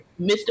Mr